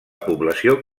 població